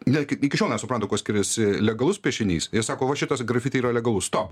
net iki iki šiol nesupranta kuo skiriasi legalus piešinys ir sako va šitas grafiti yra legalus stop